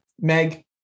Meg